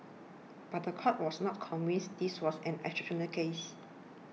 but the court was not convinced this was an exceptional case